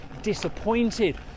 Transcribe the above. disappointed